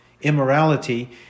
immorality